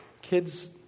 Kids